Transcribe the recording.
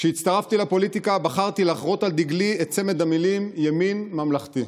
כשהצטרפתי לפוליטיקה בחרתי לחרות על דגלי את צמד המילים "ימין ממלכתי",